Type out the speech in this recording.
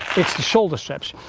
it's the shoulder straps.